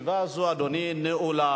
עברה בקריאה ראשונה ותועבר להמשך דיון בוועדת